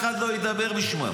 אף אחד לא ידבר בשמם.